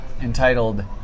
entitled